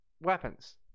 weapons